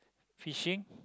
fishing